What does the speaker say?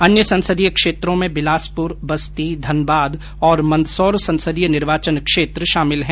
अन्य संसदीय क्षेत्रों में बिलासपुर बस्ती धनबाद और मेंदसौर संसदीय निर्वाचन क्षेत्र शामिल है